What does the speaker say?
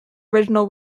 original